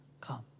Come